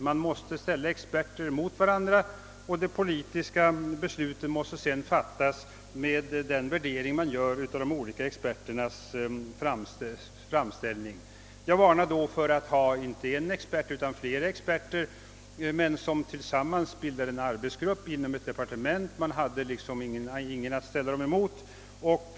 Man måste ställa experter mot varandra, och de politiska besluten måste sedan fattas med hjälp av den värdering man gör av de olika experternas framställning. Jag varnade därför herr Palme inte bara för att anlita endast en expert utan även för att förlita sig på flera experter som tillsammans bildade en arbetsgrupp inom ett departement. Inte heller i det senare fallet finns möjlighet att ställa en Cexpertis mot en annan.